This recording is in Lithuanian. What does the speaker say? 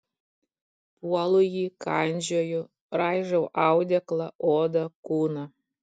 puolu jį kandžioju raižau audeklą odą kūną